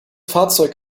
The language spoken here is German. fahrzeug